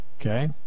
Okay